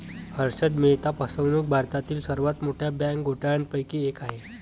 हर्षद मेहता फसवणूक भारतातील सर्वात मोठ्या बँक घोटाळ्यांपैकी एक आहे